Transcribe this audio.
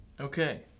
Okay